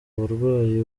uburwayi